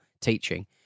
teaching